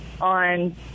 on